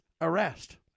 arrest